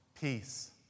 peace